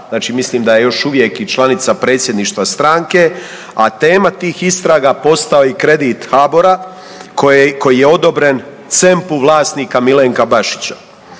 znači mislim da je još uvijek i članica predsjedništva stranke, a tema tih istraga postao je i kredit HABOR-a koje, koji je odobren C.E.M.P.-u vlasnika Milenka Bašića.